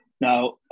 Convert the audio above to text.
Now